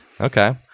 Okay